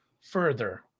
further